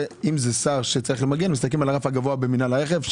ואם זה שר שצריך למגן מסתכלים על הרף הגבוה במנהל הרכב,